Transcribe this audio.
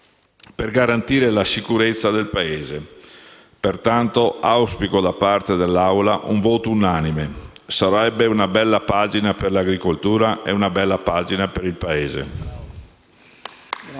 per garantire la sicurezza del Paese. Pertanto, auspico da parte dell'Assemblea un voto unanime: sarebbe una bella pagina per l'agricoltura e una bella pagina per il Paese.